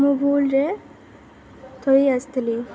ମୁଁ ଭୁଲ୍ରେ ଥୋଇ ଆସିଥିଲି